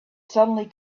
suddenly